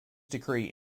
decree